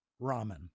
ramen